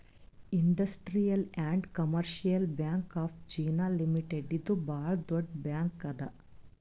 industrial and Commercial Bank of China Limited ಇದು ಭಾಳ್ ದೊಡ್ಡ ಬ್ಯಾಂಕ್ ಅದಾ